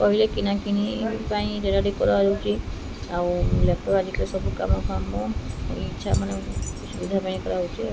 କହିଲେ କିଣାକିଣି ପାଇଁ କରାଯାଉଛି ଆଉ ଲ୍ୟାପ୍ଟପ୍ ଆଜିକାଲି ସବୁ କାମ କାମ ଇଚ୍ଛା ମାନ ସୁବିଧା ପାଇଁ କରାଯାଉଛି